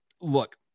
look